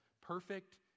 perfect